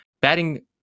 Batting